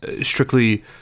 strictly